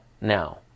now